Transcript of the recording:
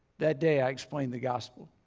that day i explained the gospel.